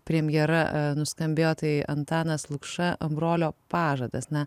premjera nuskambėjo tai antanas lukša brolio pažadas na